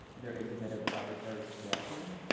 there is a bit of arbitrary scale to them.